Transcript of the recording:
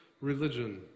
religion